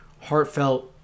heartfelt